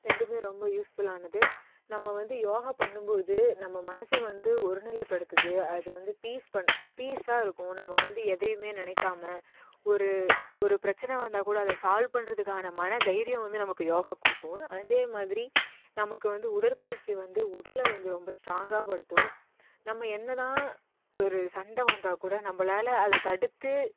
ரெண்டுமே ரொம்ப யூஸ்ஃபுல்லானது நம்ம வந்து யோகா பண்ணும்போது நம்ம மனதை வந்து ஒரு நிலை படுத்துது அது வந்து பீஸ் பண் பீஸாக இருக்கும் நம்ம வந்து எதையுமே நினைக்காம ஒரு ஒரு பிரச்சின வந்தால் கூட அதை சால்வ் பண்ணுறதுக்கான மன தைரியம் வந்து நமக்கு யோகா கொடுக்கும் அதேமாதிரி நமக்கு வந்து உடற்பயிற்சி வந்து உடலை வந்து ரொம்ப ஸ்ட்ராங்காக படுத்தும் நம்ம என்னதான் ஒரு சண்டை வந்தால் கூட நம்மளால அதை தடுத்து